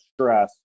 stress